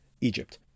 egypt